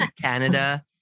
Canada